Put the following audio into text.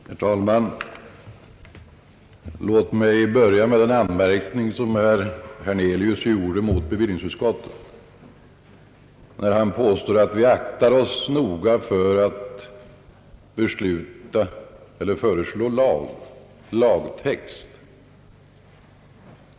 Herr talman! Låt mig börja med en anmärkning, som herr Hernelius gjorde mot bevillningsutskottet, när han påstår att vi noga aktar oss för att föreslå lagtext.